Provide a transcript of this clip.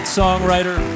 songwriter